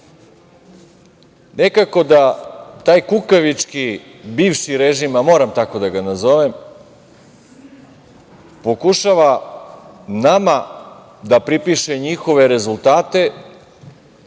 nekako da taj kukavički bivši režim, moram tako da ga nazovem, pokušava nama da pripiše njihove rezultate